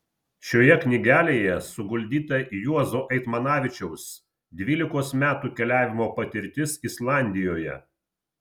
šioje knygelėje suguldyta juozo eitmanavičiaus dvylikos metų keliavimo patirtis islandijoje